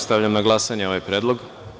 Stavljam na glasanje ovaj predlog.